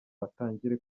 atangire